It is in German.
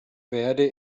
verde